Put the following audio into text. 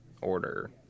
order